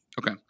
Okay